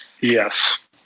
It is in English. Yes